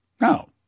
No